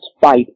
fight